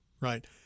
right